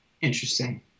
Interesting